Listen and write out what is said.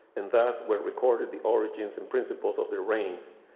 and thus were recorded the origins and principles of the reins,